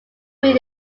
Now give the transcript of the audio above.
week